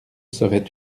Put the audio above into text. serait